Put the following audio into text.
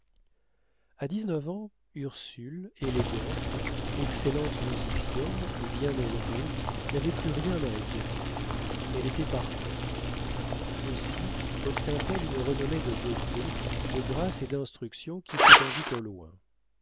a dix-neuf ans ursule élégante excellente musicienne et bien élevée n'avait plus rien à acquérir elle était parfaite aussi obtint elle une renommée de beauté de grâce et d'instruction qui s'étendit au loin